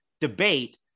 debate